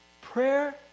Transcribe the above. Prayer